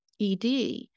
ed